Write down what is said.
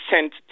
sent